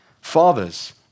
Fathers